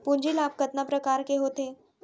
पूंजी लाभ कतना प्रकार के होथे?